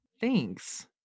Thanks